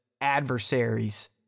adversaries